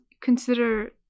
consider